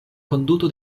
konduto